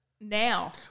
now